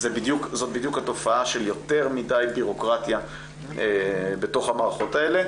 זאת בדיוק התופעה של יותר מדי בירוקרטיה בתוך המערכות האלה.